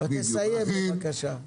תסיים בבקשה.